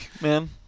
man